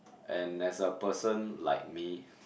and as a person like me